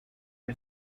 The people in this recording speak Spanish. que